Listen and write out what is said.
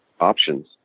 options